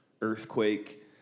earthquake